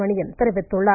மணியன் தெரிவித்துள்ளார்